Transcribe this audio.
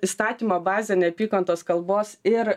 įstatymo bazę neapykantos kalbos ir